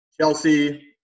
chelsea